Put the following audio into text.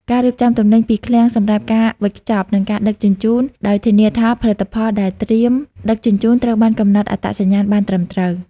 ការរៀបចំទំនិញពីឃ្លាំងសម្រាប់ការវេចខ្ចប់ និងការដឹកជញ្ជូន ដោយធានាថាផលិតផលដែលត្រៀមដឹកជញ្ជូនត្រូវបានកំណត់អត្តសញ្ញាណបានត្រឹមត្រូវ។